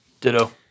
Ditto